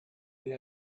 the